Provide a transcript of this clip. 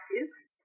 Dukes